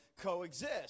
coexist